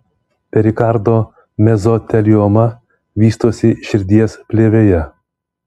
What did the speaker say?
perikardo mezotelioma vystosi širdies plėvėje